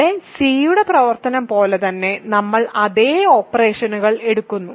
ഇവിടെ C യുടെ പ്രവർത്തനം പോലെ തന്നെ നമ്മൾ അതേ ഓപ്പറേഷനുകൾ എടുക്കുന്നു